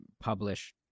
publish